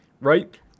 Right